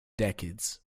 decades